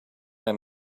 him